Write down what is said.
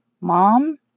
mom